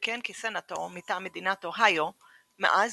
שכיהן כסנאטור מטעם מדינת אוהיו מאז